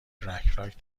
بلکراک